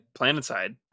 Planetside